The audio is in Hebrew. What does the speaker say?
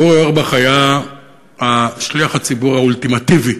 אורי אורבך היה שליח הציבור האולטימטיבי,